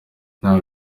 nta